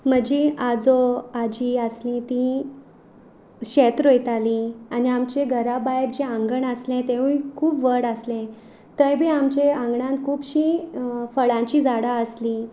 म्हजीं आजो आजी आसलीं तीं शेत रोयतालीं आनी आमचे घरा भायर जें आंगण आसलें तेंवूय खूब व्हड आसलें थंय बी आमचे आंगणान खुबशीं फळांचीं झाडां आसलीं